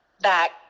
back